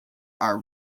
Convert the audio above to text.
are